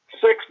six